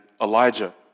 Elijah